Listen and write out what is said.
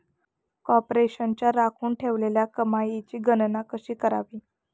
कॉर्पोरेशनच्या राखून ठेवलेल्या कमाईची गणना कशी करावी